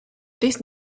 this